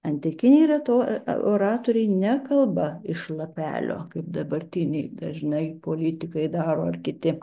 antikiniai reto oratoriai nekalba iš lapelio kaip dabartiniai dažnai politikai daro ar kiti